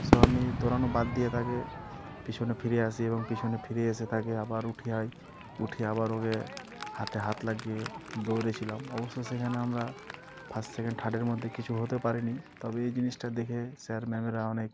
so আমি দৌড়ানো বাদ দিয়ে তাকে পিছনে ফিরে আসি এবং পিছনে ফিরে এসে তাকে আবার ওঠাই উঠিয়ে আবার ওকে হাতে হাত লাগিয়ে দৌড়েছিলাম অবশ্য সেখানে আমরা ফার্স্ট সেকেন্ড থার্ডের মধ্যে কিছু হতে পারিনি তবে এই জিনিসটা দেখে স্যার ম্যামেরা অনেক